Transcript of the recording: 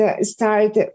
start